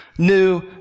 New